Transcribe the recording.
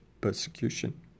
persecution